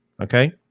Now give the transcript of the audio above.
Okay